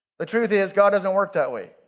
the truth is, god doesn't work that way.